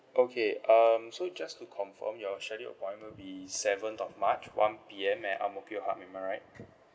okay um so just to confirm your schedule appointment would be seventh of march one P_M at ang mo kio hub am I right